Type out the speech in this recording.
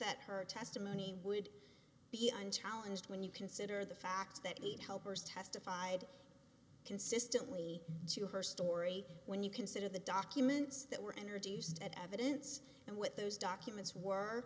that her testimony would be unchallenged when you consider the fact that lead helpers testified consistently to her story when you consider the documents that were energy used at evidence and with those documents were